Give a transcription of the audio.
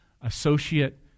associate